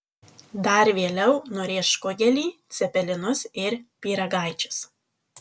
dar vėliau nurėš kugelį cepelinus ir pyragaičius